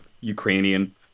Ukrainian